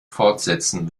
fortsetzen